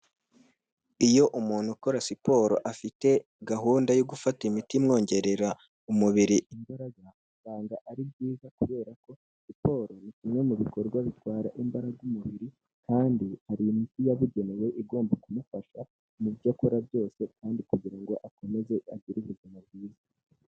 Iyo umuntu ukora siporo afite gahunda yo gufata imiti imwongerera umubiri imbaraga, usanga ari byiza kubera ko siporo nimwe mu bikorwa bitwara imbaraga umubiri kandi hari imiti yabugenewe igomba kumufasha mu byo akora byose, kandi kugira ngo akomeze agire ubuzima bwiza.